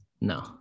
No